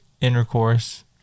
intercourse